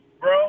bro